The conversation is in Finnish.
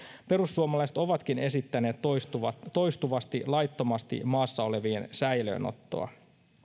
perussuomalaiset ovatkin esittäneet toistuvasti toistuvasti laittomasti maassa olevien säilöönottoa